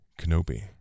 Kenobi